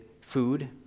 food